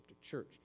church